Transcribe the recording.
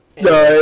No